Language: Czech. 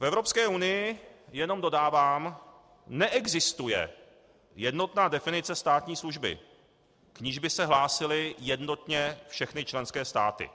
V Evropské unii jenom dodávám neexistuje jednotná definice státní služby, k níž by se hlásily jednotně všechny členské státy.